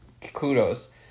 Kudos